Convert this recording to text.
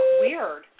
Weird